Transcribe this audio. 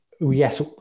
yes